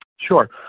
Sure